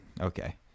Okay